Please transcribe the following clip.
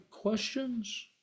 Questions